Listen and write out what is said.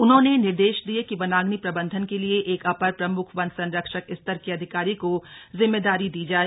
उन्होंने निर्देश दिये कि वनाग्नि प्रबंधन के लिए एक अपर प्रम्ख वन संरक्षक स्तर के अधिकारी को जिम्मेदारी दी जाय